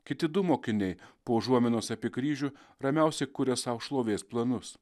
kiti du mokiniai po užuominos apie kryžių ramiausiai kuria sau šlovės planus